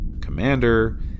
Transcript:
commander